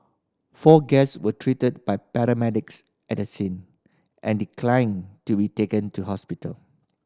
four guests were treated by paramedics at the scene and declined to be taken to hospital